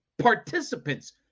participants